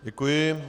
Děkuji.